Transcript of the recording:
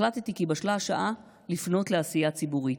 החלטתי כי בשלה השעה לפנות לעשייה ציבורית.